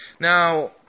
Now